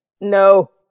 No